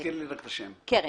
קרן,